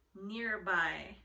nearby